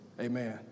amen